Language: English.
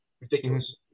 Ridiculous